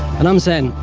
and i'm saying,